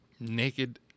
naked